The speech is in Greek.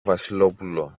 βασιλόπουλο